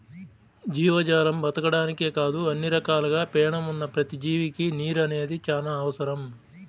జీవజాలం బతకడానికే కాదు అన్ని రకాలుగా పేణం ఉన్న ప్రతి జీవికి నీరు అనేది చానా అవసరం